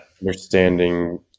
understanding